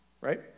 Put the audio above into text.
right